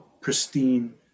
pristine